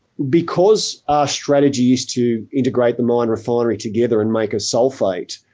because our strategy is to integrate the mine refinery together and make a sulphate,